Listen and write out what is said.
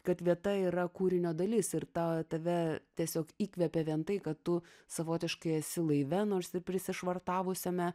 kad vieta yra kūrinio dalis ir ta tave tiesiog įkvepia vien tai kad tu savotiškai esi laive nors prisišvartavusiame